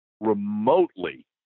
remotely